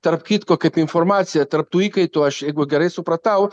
tarp kitko kaip informacija tarp tų įkaitų aš jeigu gerai supratau